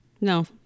No